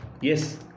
yes